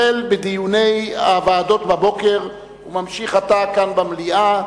שהחל בדיוני הוועדות בבוקר וממשיך עתה כאן במליאה.